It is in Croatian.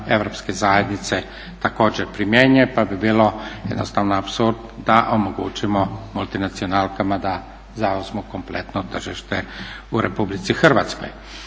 Europske zajednice također primjenjuje pa bi bilo jednostavno apsurd da omogućimo multinacionalkama da zauzmu kompletno tržište u RH. Također